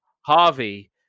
Harvey